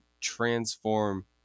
transform